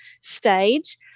stage